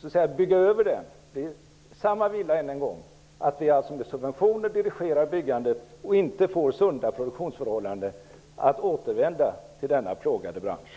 så att säga bygga över den samma villa än en gång, alltså att med subventioner dirigera byggandet och inte få sunda produktionsförhållanden att återvända till denna plågade bransch.